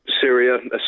Syria